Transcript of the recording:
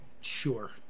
sure